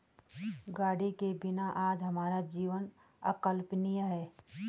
गाड़ी के बिना आज हमारा जीवन अकल्पनीय है